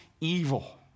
evil